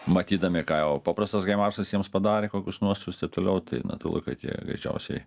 matydami ką jau paprastas hemarsas jiems padarė kokius nuostoius taip toliau tai natūlu kad jie greičiausiai